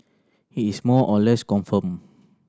it is more or less confirmed